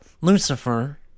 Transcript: Lucifer